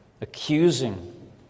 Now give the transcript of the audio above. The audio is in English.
accusing